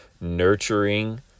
Nurturing